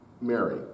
Mary